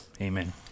Amen